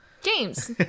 James